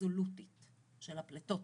אבסולוטית של הפליטות,